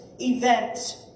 event